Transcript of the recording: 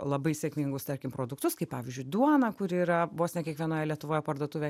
labai sėkmingus tarkim produktus kaip pavyzdžiui duoną kuri yra vos ne kiekvienoje lietuvoje parduotuvė